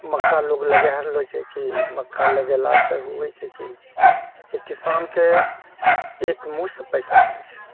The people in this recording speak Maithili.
मक्का लोग लगाए रहलऽ छै कि मक्का लगेलासँ होइ छै कि किसानके एकमुश्त पैसा अबै छै